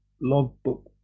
logbook